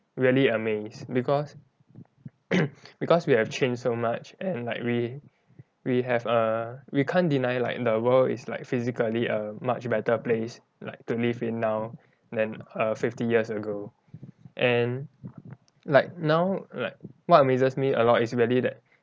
really amazed because because we have changed so much and like we we have a we can't deny like the world is like physically a much better place like to live in now than err fifty years ago and like now like what amazes me a lot is really that